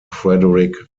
frederick